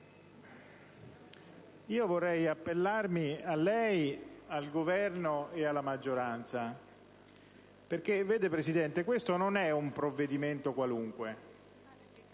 vorrei appellarmi a lei, al Governo e alla maggioranza, perché questo non è un provvedimento qualunque;